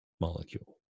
molecule